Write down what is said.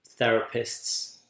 therapists